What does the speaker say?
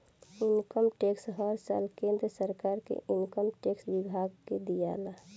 income tax हर साल केंद्र सरकार के इनकम टैक्स विभाग के दियाला